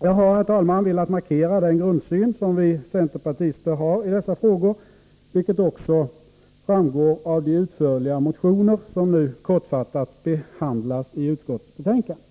Jag har, herr talman, velat markera den grundsyn som vi centerpartister har i dessa frågor, vilket också framgår av de utförliga motioner som nu kortfattat behandlas i utskottets betänkande.